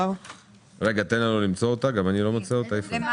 שמשרת ותן לו שנת מעבר.